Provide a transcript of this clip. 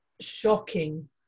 Shocking